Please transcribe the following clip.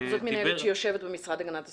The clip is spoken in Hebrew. זאת מינהלת שיושבת במשרד הגנת הסביבה.